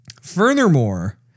Furthermore